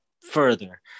further